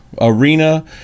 arena